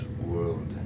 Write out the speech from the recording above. world